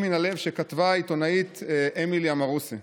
מן הלב שכתבה העיתונאית אמילי עמרוסי: